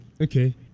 Okay